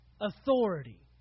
authority